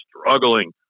struggling